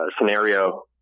scenario